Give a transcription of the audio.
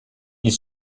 ils